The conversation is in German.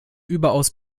überaus